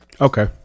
Okay